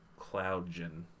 CloudGen